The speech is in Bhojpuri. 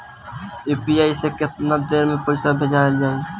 यू.पी.आई से केतना देर मे पईसा भेजा जाई?